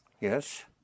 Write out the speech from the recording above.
Yes